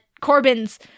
Corbin's